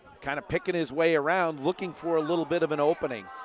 kind of picking his way around looking for a little bit of an opening.